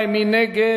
מי נגד?